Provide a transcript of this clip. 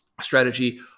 strategy